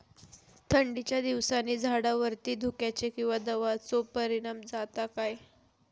थंडीच्या दिवसानी झाडावरती धुक्याचे किंवा दवाचो परिणाम जाता काय?